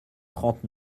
trente